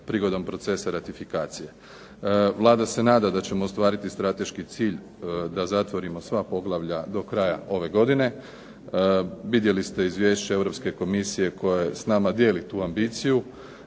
prigodom procesa ratifikacije. Vlada se nada da ćemo ostvariti strateški cilj da zatvorimo sva poglavlja do kraja ove godine. Vidjeli ste izvješće Europske komisije koja s nama dijeli tu ambiciju.